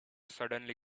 suddenly